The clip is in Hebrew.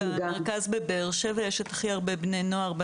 במרכז בבאר-שבע יש את הכי הרבה בני נוער,